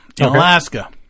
Alaska